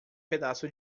pedaço